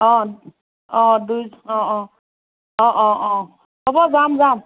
অ অ দুই অ অ অ অ অ হ'ব যাম যাম